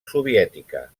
soviètica